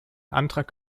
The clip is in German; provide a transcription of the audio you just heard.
antrag